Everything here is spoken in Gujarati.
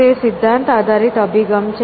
તે સિદ્ધાંત આધારિત અભિગમ છે